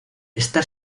está